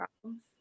problems